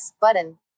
button